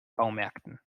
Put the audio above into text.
baumärkten